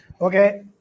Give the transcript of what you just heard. Okay